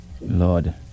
Lord